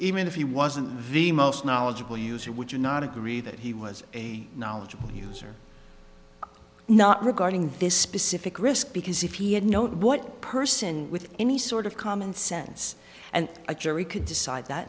even if he wasn't the most knowledgeable user would you not agree that he was a knowledgeable user not regarding this specific risk because if he had known what a person with any sort of common sense and a jury could decide that